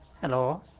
Hello